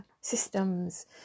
systems